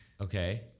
okay